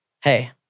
hey